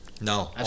No